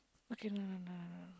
okay no no no no no